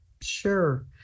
Sure